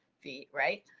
feet right.